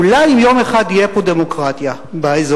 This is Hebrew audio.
אולי אם יום אחד תהיה פה דמוקרטיה באזור,